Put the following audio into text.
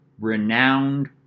renowned